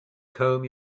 comb